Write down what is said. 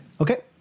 Okay